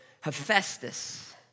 Hephaestus